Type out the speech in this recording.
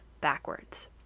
backwards